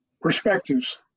perspectives